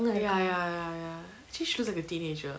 ya ya ya ya actually she looks like a teenager